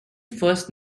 first